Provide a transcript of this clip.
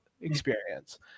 experience